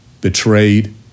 betrayed